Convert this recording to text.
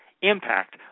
impact